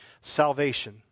Salvation